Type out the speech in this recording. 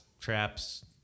traps